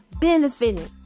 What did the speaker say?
benefiting